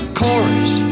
chorus